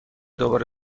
دوباره